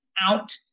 out